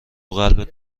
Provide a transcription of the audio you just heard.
قلبت